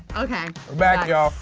okay. we're back y'all.